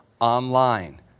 online